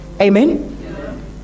Amen